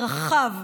ערכיו,